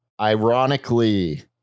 ironically